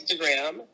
Instagram